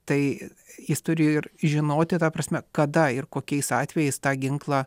tai jis turi ir žinoti ta prasme kada ir kokiais atvejais tą ginklą